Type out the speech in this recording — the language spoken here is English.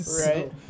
Right